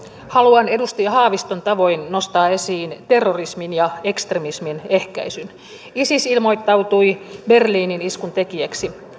haluan edustaja haaviston tavoin nostaa esiin terrorismin ja ekstremismin ehkäisyn isis ilmoittautui berliinin iskun tekijäksi